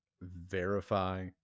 verify